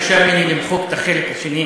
ביקשה ממני למחוק את החלק השני